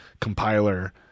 compiler